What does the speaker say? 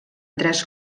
tres